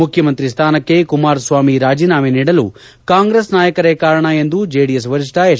ಮುಖ್ಯಮಂತ್ರಿ ಸ್ವಾನಕ್ಕೆ ಕುಮಾರಸ್ವಾಮಿ ರಾಜೀನಾಮಿ ನೀಡಲು ಕಾಂಗ್ರೆಸ್ ನಾಯಕರೇ ಕಾರಣ ಎಂದು ಜೆಡಿಎಸ್ ವರಿಷ್ಠ ಎಚ್